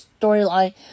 storyline